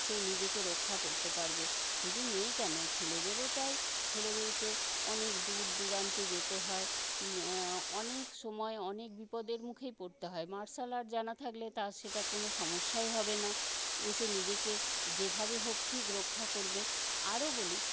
সে নিজেকে রক্ষা করতে পারবে শুধু মেয়ে কেন ছেলেদেরও তাই ছেলেদেরকে অনেক দূরদূরান্তে যেতে হয় অনেক সময় অনেক বিপদের মুখেই পরতে হয় মার্শাল আর্ট জানা থাকলে তার সেটা কোনো সমস্যাই হবে না সে নিজেকে যেভাবেই হোক ঠিক রক্ষা করবে আরও বলি